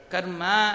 Karma